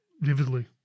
vividly